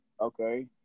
Okay